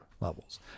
levels